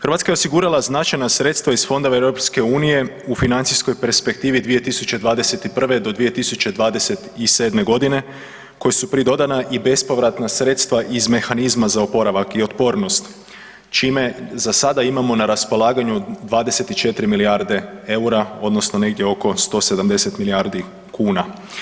Hrvatska je osigurala značajna sredstva iz fondova EU u financijskoj perspektivi 2021.-2027.g. kojoj su pridodana i bespovratna sredstva iz Mehanizama za oporavak i otpornost čime za sada imamo na raspolaganju 24 milijarde eura odnosno negdje oko 170 milijardi kuna.